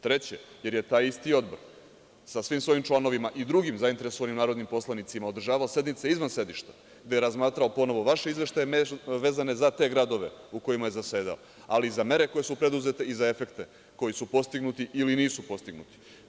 Treće, jer je taj isti odbor sa svim svojim članovima i drugim zainteresovanim narodnim poslanicima održavao sednice izvan sedišta, gde je razmatrao ponovo vaše izveštaje vezane za sve te gradove u kojima je zasedao, ali i za mere koje su preduzete i za efekte koji su postignuti ili nisu postignuti.